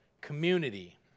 community